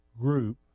group